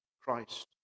Christ